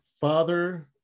father